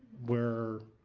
we're